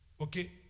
Okay